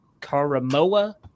Karamoa